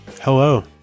Hello